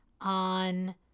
on